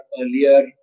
earlier